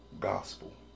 gospel